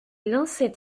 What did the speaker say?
lançaient